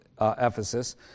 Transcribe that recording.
Ephesus